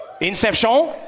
Inception